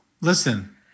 Listen